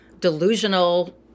delusional